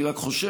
אני רק חושב,